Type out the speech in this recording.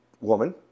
woman